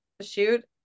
shoot